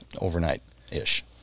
overnight-ish